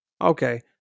Okay